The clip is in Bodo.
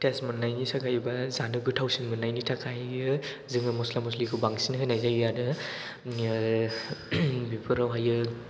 टेस्ट मोननायनि थाखाय एबा जानो गोथावसिन मोननायनि थाखाय जोङो मस्ला मस्लिखौ बांसिन होनाय जायो आरो बेफोरावहायो